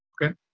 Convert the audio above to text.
Okay